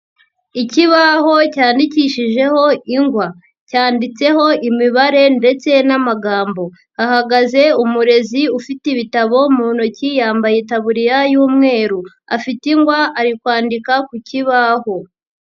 Ikibaho cyandikishijeho ingwa, cyanditseho imibare ndetse n'amagambo, hahagaze umurezi ufite ibitabo mu ntoki yambaye itaburiya y'umweru, afite ingwa ari kwandika ku kibaho.